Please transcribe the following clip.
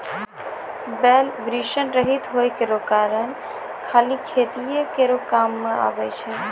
बैल वृषण रहित होय केरो कारण खाली खेतीये केरो काम मे आबै छै